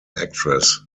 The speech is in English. actress